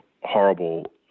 horrible